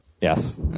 Yes